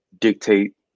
dictate